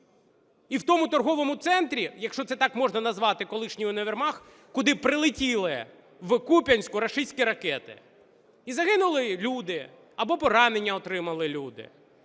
І в тому торговому центрі, якщо це так можна назвати колишній універмаг, куди прилетіли в Куп'янську рашистські ракети і загинули люди або поранення отримали люди.